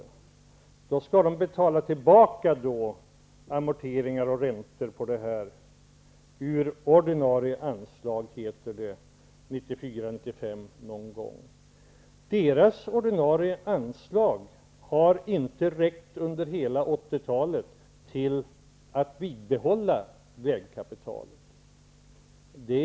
Vägverket skall då ur ordinarie anslag, som det heter, någon gång 1994 -- 1995 betala amorteringar och räntor på lånet. Vägverkets ordinarie anslag har inte under hela 80-talet räckt till att bibehålla vägkapitalet.